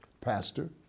Pastor